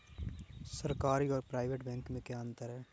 सरकारी और private bank में क्या अंतर है?